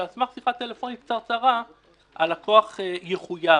שעל סמך שיחת טלפון קצרצרה הלקוח יחויב.